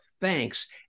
thanks